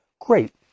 Great